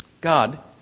God